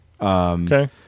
Okay